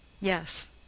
yes